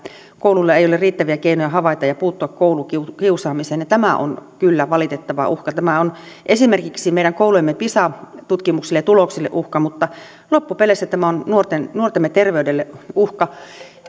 kouluilla ei ole riittäviä keinoja havaita ja puuttua koulukiusaamiseen tämä on kyllä valitettava uhka tämä on esimerkiksi meidän koulujemme pisa tuloksille uhka mutta loppupeleissä tämä on nuortemme terveydelle uhka